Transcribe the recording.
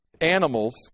animals